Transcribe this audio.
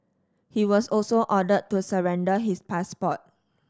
he was also ordered to surrender his passport